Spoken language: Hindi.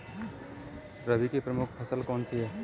रबी की प्रमुख फसल कौन सी है?